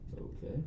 Okay